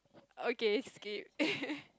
okay skip